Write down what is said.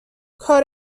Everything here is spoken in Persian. کار